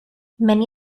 many